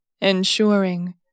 ensuring